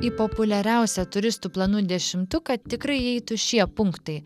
į populiariausią turistų planų dešimtuką tikrai įeitų šie punktai